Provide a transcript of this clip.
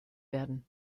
werden